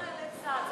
כל חיילי צה"ל.